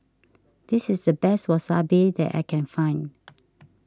this is the best Wasabi that I can find